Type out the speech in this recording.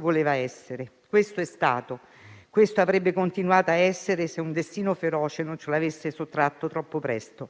voleva essere, questo è stato e questo avrebbe continuato a essere se un destino feroce non ce lo avesse sottratto troppo presto.